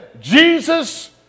Jesus